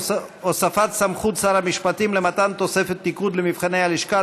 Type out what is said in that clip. הוספת סמכות שר המשפטים למתן תוספת ניקוד למבחני הלשכה),